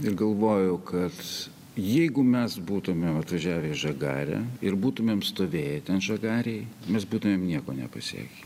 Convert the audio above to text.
ir galvoju kad jeigu mes būtume atvažiavę į žagarę ir būtumėm stovėję ten žagarėj mes būtumėm nieko nepasieę